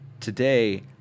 today